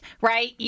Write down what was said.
right